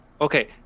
okay